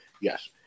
yes